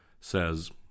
says